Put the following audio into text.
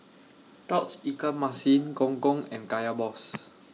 Tauge Ikan Masin Gong Gong and Kaya Balls